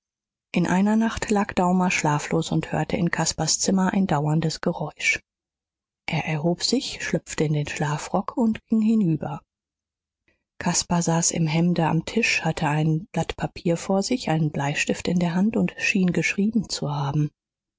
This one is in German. in einer nacht lag daumer schlaflos und hörte in caspars zimmer ein dauerndes geräusch er erhob sich schlüpfte in den schlafrock und ging hinüber caspar saß im hemde am tisch hatte ein blatt papier vor sich einen bleistift in der hand und schien geschrieben zu haben